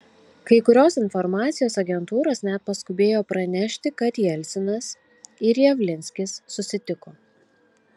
kai kurios informacijos agentūros net paskubėjo pranešti kad jelcinas ir javlinskis susitiko